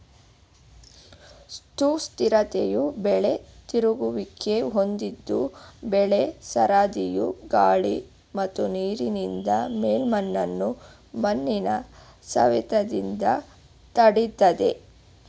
ಸುಸ್ಥಿರತೆಯು ಬೆಳೆ ತಿರುಗುವಿಕೆ ಹೊಂದಿದ್ದು ಬೆಳೆ ಸರದಿಯು ಗಾಳಿ ಮತ್ತು ನೀರಿನಿಂದ ಮೇಲ್ಮಣ್ಣನ್ನು ಮಣ್ಣಿನ ಸವೆತದಿಂದ ತಡಿತದೆ